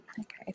Okay